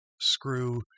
screw